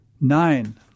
Nine